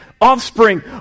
offspring